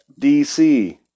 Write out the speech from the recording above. DC